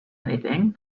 anything